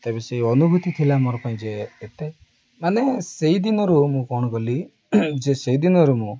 ଏବେ ସେଇ ଅନୁଭୂତି ଥିଲା ମୋର ପାଇଁ ଯେ ଏତେ ମାନେ ସେଇଦିନରୁ ମୁଁ କ'ଣ କଲି ଯେ ସେଇଦିନରୁ ମୁଁ